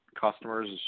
customers